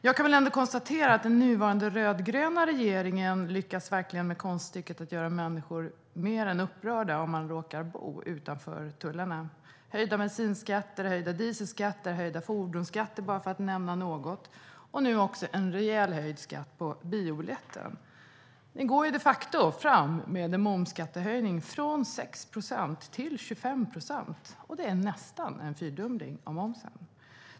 Jag kan ändå konstatera att den nuvarande rödgröna regeringen verkligen lyckas med konststycket att göra människor mer än upprörda om de råkar bo utanför tullarna. Det handlar om höjda bensinskatter, höjda dieselskatter och höjda fordonsskatter för att bara nämna några och nu också en rejält höjd skatt på biobiljetten. Den går de facto fram med en momsskattehöjning från 6 procent till 25 procent. Det är nästan en fyrdubbling av momsen.